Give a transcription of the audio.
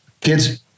kids